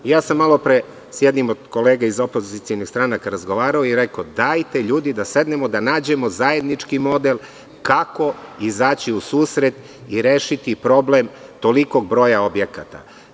Malopre sam sa jednim od kolega iz opozicionih stranaka razgovarao i rekao – dajte ljudi da sednemo i da nađemo zajednički model kako izaći u susret i rešiti problem tolikog broja objekata.